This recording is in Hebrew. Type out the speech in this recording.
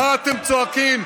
מה אתם צועקים?